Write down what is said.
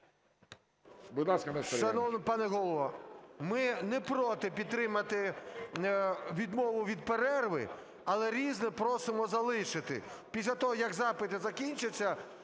будь ласка, Нестор Іванович.